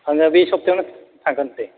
आङो बे सफ्थायावनो थांगोन दे